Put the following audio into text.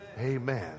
Amen